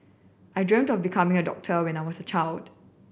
I dreamt of becoming a doctor when I was child